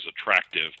attractive